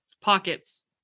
pockets